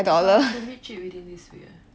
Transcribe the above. can it reach within this period